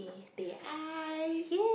teh ice